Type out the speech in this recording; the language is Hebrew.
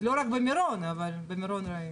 לא רק במירון, אבל במירון ראינו.